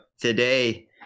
today